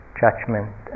judgment